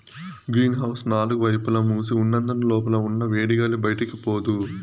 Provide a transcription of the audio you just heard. green house నాలుగు వైపులా మూసి ఉన్నందున లోపల ఉన్న వేడిగాలి బయటికి పోదు